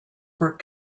were